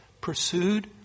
pursued